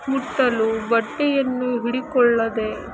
ಮುಟ್ಟಲು ಬಟ್ಟೆಯನ್ನು ಹಿಡಿಕೊಳ್ಳದೆ